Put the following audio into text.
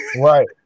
Right